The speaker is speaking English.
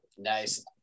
Nice